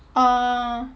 oh